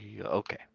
Okay